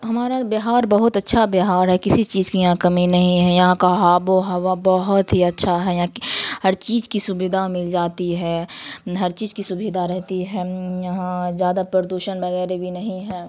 ہمارا بہار بہت اچھا بہار ہے کسی چیز کی یہاں کمی نہیں ہے یہاں کا آب و ہوا بہت ہی اچھا ہے یہاں کی ہر چیز کی سویدھا مل جاتی ہے ہر چیز کی سویدھا رہتی ہے یہاں زیادہ پردوشن وغیرہ بھی نہیں ہے